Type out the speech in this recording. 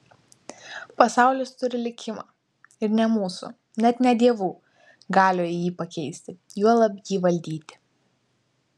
pasaulis turi likimą ir ne mūsų net ne dievų galioje jį pakeisti juolab jį valdyti